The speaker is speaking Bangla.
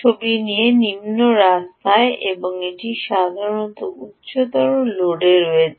এটি নিম্ন রাস্তায় এবং এটি সাধারণত উচ্চতর লোডে রয়েছে